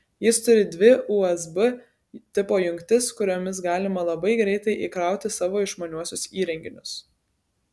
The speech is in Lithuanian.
jis turi dvi usb tipo jungtis kuriomis galima labai greitai įkrauti savo išmaniuosius įrenginius